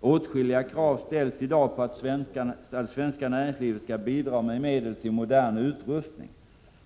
Åtskilliga krav ställs i dag på att det svenska näringslivet skall bidra med medel till modern utrustning.